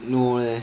no leh